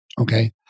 okay